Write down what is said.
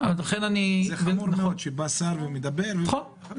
זה חמור מאוד שבא שר ומדבר ואחרי זה באים